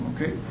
okay